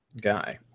guy